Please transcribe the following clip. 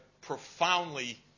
profoundly